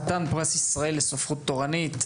חתן פרס ישראל לספרות תורנית,